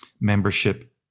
membership